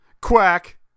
Quack